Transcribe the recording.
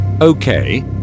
Okay